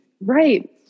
right